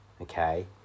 okay